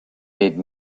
dead